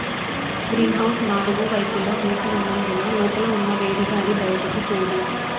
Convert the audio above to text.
green house నాలుగు వైపులా మూసి ఉన్నందున లోపల ఉన్న వేడిగాలి బయటికి పోదు